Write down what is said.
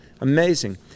Amazing